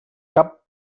cap